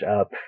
up